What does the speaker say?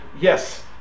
yes